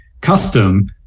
custom